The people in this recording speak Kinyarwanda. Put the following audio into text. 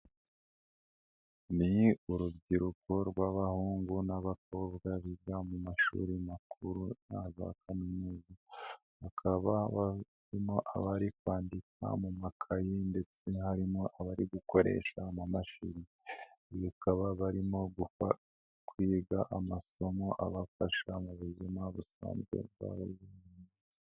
Ni urubyiruko rw'abahungu n'abakobwa biga mu mashuri makuru na za kaminuza, hakaba harimo abari kwandika mu makaye ndetse harimo abari gukoresha amamashini, bakaba barimo kwiga amasomo abafasha mu buzima busanzwe bwa buri muntu.